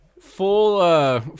full